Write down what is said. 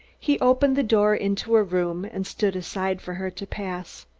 he opened the door into a room and stood aside for her to pass.